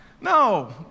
No